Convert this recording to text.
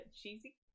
Cheesy